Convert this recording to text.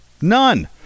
None